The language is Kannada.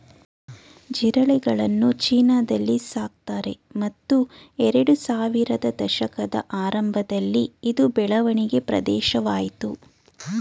ಜಿರಳೆಗಳನ್ನು ಚೀನಾದಲ್ಲಿ ಸಾಕ್ತಾರೆ ಮತ್ತು ಎರಡ್ಸಾವಿರದ ದಶಕದ ಆರಂಭದಲ್ಲಿ ಇದು ಬೆಳವಣಿಗೆ ಪ್ರದೇಶವಾಯ್ತು